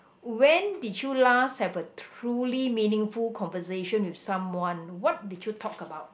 when did you last have a truly meaningful conversation with someone what did you talk about